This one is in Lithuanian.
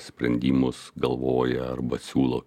sprendimus galvoja arba siūlo